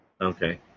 Okay